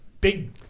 big